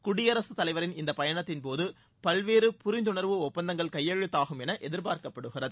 குடியரசு தலைவரின் இந்த பயணத்தின்போது பல்வேறு புரிந்துணர்வு ஒப்பந்தங்கள் கையெழுத்தாகும் என எதிர்பார்க்கப்படுகிறது